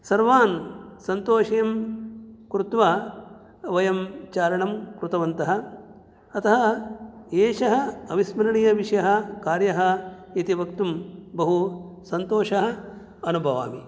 सर्वान् सन्तोषिं कृत्वा वयं चारणं कृतवन्तः अतः एषः अविस्मरणीयविषयः कार्यः इति वक्तुं बहुसन्तोषः अनुभवामि